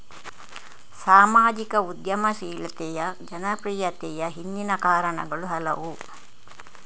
ಸಾಮಾಜಿಕ ಉದ್ಯಮಶೀಲತೆಯ ಜನಪ್ರಿಯತೆಯ ಹಿಂದಿನ ಕಾರಣಗಳು ಹಲವು